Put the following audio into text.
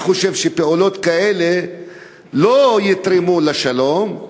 אני חושב שפעולות כאלה לא יתרמו לשלום,